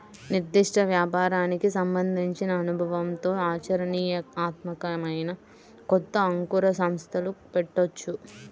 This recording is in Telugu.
నిర్దిష్ట వ్యాపారానికి సంబంధించిన అనుభవంతో ఆచరణీయాత్మకమైన కొత్త అంకుర సంస్థలు పెట్టొచ్చు